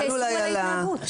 תאסרו על ההתנהגות.